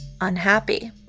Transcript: unhappy